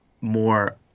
more